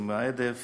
ומההדף